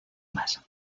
más